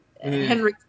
Henry